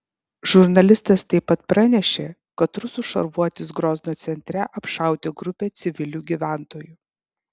žurnalistas taip pat pranešė kad rusų šarvuotis grozno centre apšaudė grupę civilių gyventojų